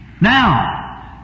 Now